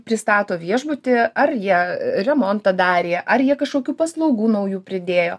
pristato viešbutį ar jie remontą darė ar jie kažkokių paslaugų naujų pridėjo